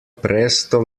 presto